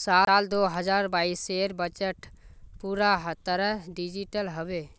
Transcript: साल दो हजार बाइसेर बजट पूरा तरह डिजिटल हबे